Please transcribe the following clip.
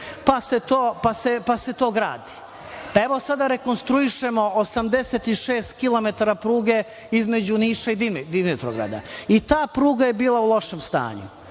pa se to gradi. Evo sada rekonstruišemo 86 kilometara pruge između Niša i Dimitrovgrada. I ta pruga je bila u lošem stanju,